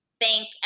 thank